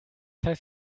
heißt